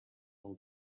all